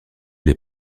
les